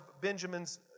Benjamin's